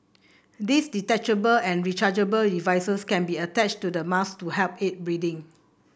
these detachable and rechargeable devices can be attached to the mask to help aid breathing